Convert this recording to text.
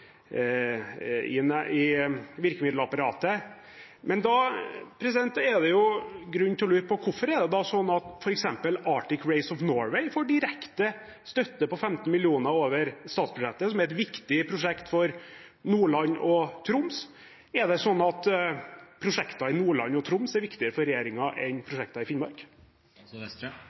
Da er det jo grunn til å lure på hvorfor f.eks. Arctic Race of Norway, som et viktig prosjekt for Nordland og Troms, får en direkte støtte på 15 mill. kr over statsbudsjettet. Er prosjekter i Nordland og Troms viktigere for regjeringen enn prosjekter i Finnmark? Jeg tror vi skal se samlet på hvordan vi gjennom statens midler bidrar til å stille opp for